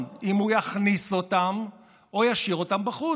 אם הוא יכניס אותם או ישאיר אותם בחוץ.